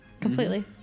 Completely